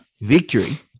Victory